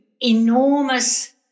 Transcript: enormous